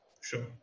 Sure